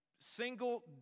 single